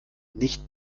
nicht